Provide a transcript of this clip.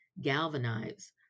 galvanize